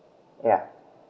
yeah